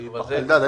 זה לא משהו -- אלדד,